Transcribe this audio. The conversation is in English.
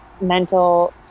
mental